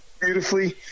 beautifully